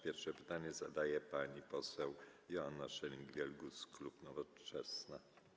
Pierwsze pytanie zadaje pani poseł Joanna Scheuring-Wielgus, klub Nowoczesna.